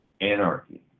anarchy